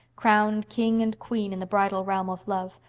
crowned king and queen in the bridal realm of love,